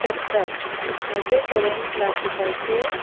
शकता म्हजे कडेन प्लास्टिकाचे